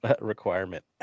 requirement